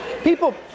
people